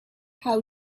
how